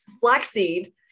Flaxseed